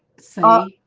so,